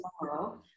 tomorrow